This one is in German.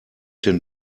denn